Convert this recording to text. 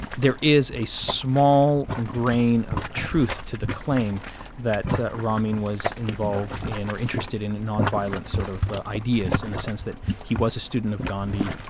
there is a small grain of truth to the claim that ramin was involved in, or interested in non-violent sort of ideas, in the sense that he was a student of gandhi,